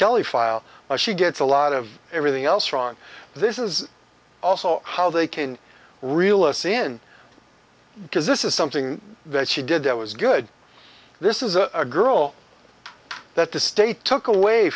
kelly file she gets a lot of everything else wrong this is also how they can reel a c in because this is something that she did that was good this is a girl that the state took away